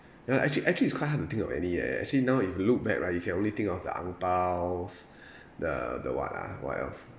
ya actually actually it's quite hard to think of any eh actually now if you look back right you can only think of the ang paos the the what ah what else